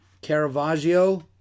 Caravaggio